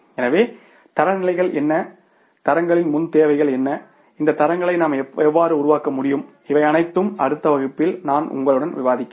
எனவே தரநிலைகள் என்ன தரங்களின் முன் தேவைகள் என்ன இந்த தரங்களை நாம் எவ்வாறு உருவாக்க முடியும் இவை அனைத்தும் அடுத்த வகுப்பில் உங்களுடன் விவாதிக்கிறேன்